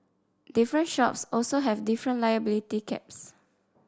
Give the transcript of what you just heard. different shops also have different liability caps